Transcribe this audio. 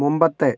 മുമ്പത്തെ